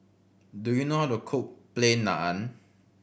do you know how to cook Plain Naan